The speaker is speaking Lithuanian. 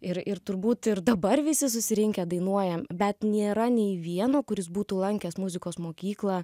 ir ir turbūt ir dabar visi susirinkę dainuojam bet nėra nei vieno kuris būtų lankęs muzikos mokyklą